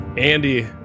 Andy